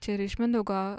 čia yra iš mindaugo